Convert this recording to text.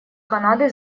канады